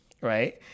right